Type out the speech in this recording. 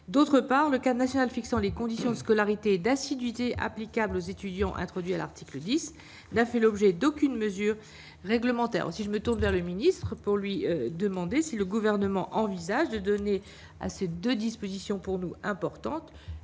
d'autre part le cas national fixant les conditions de scolarité d'assiduité applicable aux étudiants introduit à l'article 10 n'a fait l'objet d'aucune mesure réglementaire, aussi je me tourne vers le ministre pour lui demander si le gouvernement envisage de donner à ces 2 dispositions pour nous importante,